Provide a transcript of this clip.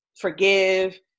forgive